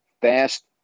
Fast